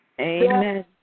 Amen